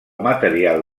material